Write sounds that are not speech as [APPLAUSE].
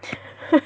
[LAUGHS]